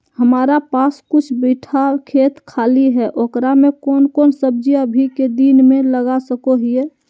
हमारा पास कुछ बिठा खेत खाली है ओकरा में कौन कौन सब्जी अभी के दिन में लगा सको हियय?